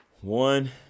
One